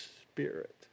spirit